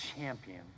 champion